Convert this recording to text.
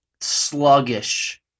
sluggish